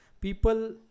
People